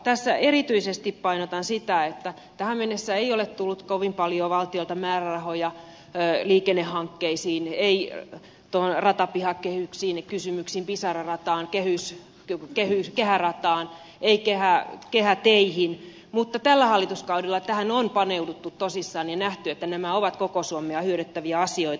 tässä erityisesti painotan sitä että tähän mennessä ei ole tullut kovin paljon valtiolta määrärahoja liikennehankkeisiin ratapihakehyksiin pisara rataan kehärataan kehäteihin mutta tällä hallituskaudella tähän on paneuduttu tosissaan ja nähty että nämä ovat koko suomea hyödyttäviä asioita